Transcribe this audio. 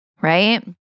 right